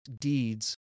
deeds